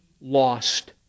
lost